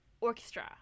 Orchestra